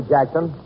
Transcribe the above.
Jackson